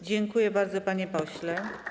Dziękuję bardzo, panie pośle.